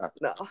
No